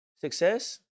Success